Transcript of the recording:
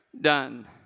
done